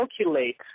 calculate